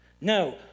No